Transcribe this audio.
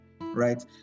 right